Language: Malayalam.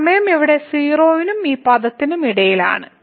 ഈ സമയം ഇവിടെ 0 നും ഈ പദത്തിനും ഇടയിലാണ്